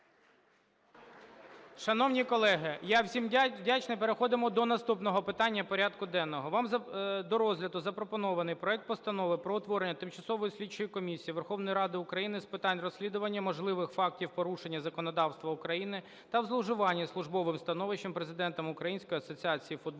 Шановні колеги, я всім вдячний. Переходимо до наступного питання порядку денного. Вам до розгляду запропонований проект Постанови про утворення Тимчасової слідчої комісії Верховної Ради України з питань розслідування можливих фактів порушення законодавства України та в зловживанні службовим становищем президентом Української асоціації футболу,